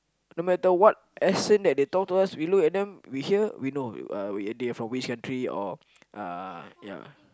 no matter what accent that they talk to us we look at them we hear we know uh they are from which country or uh ya